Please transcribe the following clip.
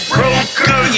Broker